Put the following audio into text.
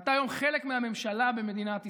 ואתה היום חלק מהממשלה במדינת ישראל,